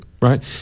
right